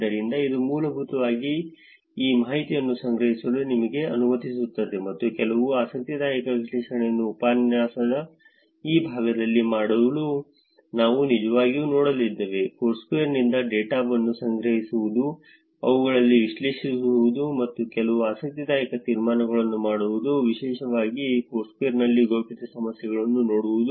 ಆದ್ದರಿಂದ ಇದು ಮೂಲಭೂತವಾಗಿ ಈ ಮಾಹಿತಿಯನ್ನು ಸಂಗ್ರಹಿಸಲು ನಮಗೆ ಅನುಮತಿಸುತ್ತದೆ ಮತ್ತು ಕೆಲವು ಆಸಕ್ತಿದಾಯಕ ವಿಶ್ಲೇಷಣೆಯನ್ನು ಉಪನ್ಯಾಸದ ಈ ಭಾಗದಲ್ಲಿ ಮಾಡಲು ನಾವು ನಿಜವಾಗಿ ನೋಡಲಿದ್ದೇವೆ ಫೋರ್ಸ್ಕ್ವೇರ್ ನಿಂದ ಡೇಟಾವನ್ನು ಸಂಗ್ರಹಿಸುವುದು ಅವುಗಳನ್ನು ವಿಶ್ಲೇಷಿಸುವುದು ಮತ್ತು ಕೆಲವು ಆಸಕ್ತಿದಾಯಕ ತೀರ್ಮಾನಗಳನ್ನು ಮಾಡುವುದು ವಿಶೇಷವಾಗಿ ಫೋರ್ಸ್ಕ್ವೇರ್ ನಲ್ಲಿ ಗೌಪ್ಯತೆ ಸಮಸ್ಯೆಗಳನ್ನು ನೋಡುವುದು